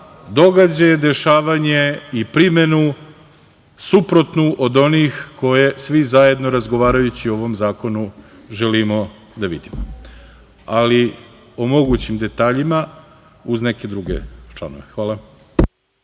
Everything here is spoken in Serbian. događaje, dešavanje i primenu suprotnu od onih koje svi zajedno razgovarajući o ovom zakonu želimo da vidimo. Ali, o mogućim detaljima uz neke druge članove. Hvala.